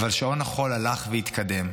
אבל שעון החול הלך והתקדם,